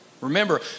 Remember